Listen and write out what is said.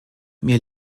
mir